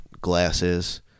glasses